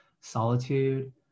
solitude